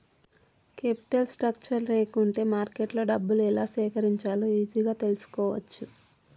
capital structure లేకుంటే మార్కెట్లో డబ్బులు ఎలా సేకరించాలో ఈజీగా తెల్సుకోవచ్చు